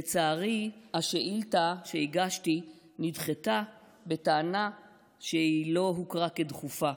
לצערי השאילתה שהגשתי נדחתה בטענה שהיא לא הוכרה כדחופה.